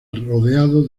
rodeado